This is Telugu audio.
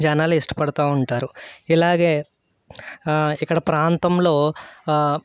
జనాలు ఇష్టపడుతూ ఉంటారు ఇలాగే ఇక్కడ ప్రాంతంలో